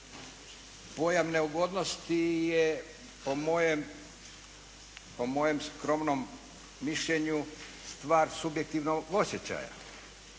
Pojam neugodnosti je po mojem skromnom mišljenju stvar subjektivnog osjećaja.